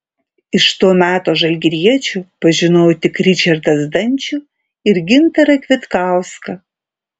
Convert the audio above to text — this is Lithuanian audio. iš to meto žalgiriečių pažinojau tik ričardą zdančių ir gintarą kvitkauską